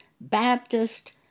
Baptist